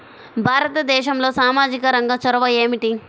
భారతదేశంలో సామాజిక రంగ చొరవ ఏమిటి?